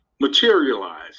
materialize